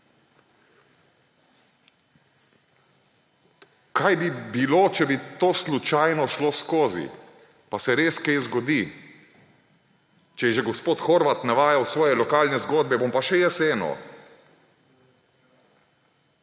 Kaj bi bilo, če bi to slučajno šlo skozi pa se res kaj zgodi? Če je že gospod Horvat navajal svoje lokalne zgodbe, bom pa še jaz eno.